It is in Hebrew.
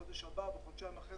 בחודש הבא או חודשיים אחרי,